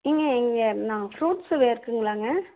நீங்கள் எங்கள் நான் ஃபுரூட்ஸ்சு இருக்குங்களாங்க